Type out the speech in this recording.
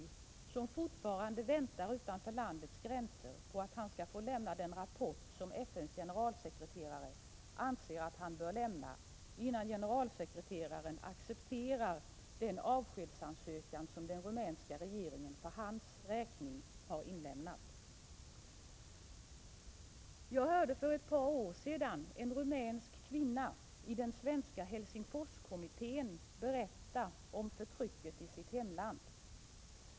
Hans familj väntar fortfarande utanför landets gränser på att han skall få lämna den rapport som FN:s generalsekreterare anser att han bör lämna innan generalsekreteraren accepterar den avskedsansökan som den rumänska regeringen för hans räkning har inlämnat. Jag hörde för ett par år sedan en rumänsk kvinna i den svenska Helsingforskommittén berätta om förtrycket i sitt hemland.